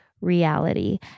REALITY